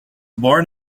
born